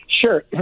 Sure